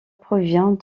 provient